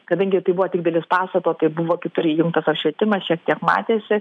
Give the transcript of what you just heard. kadangi tai buvo tik dalis pastato tai buvo kitur įjungtas apšvietimas šiek tiek matėsi